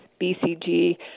BCG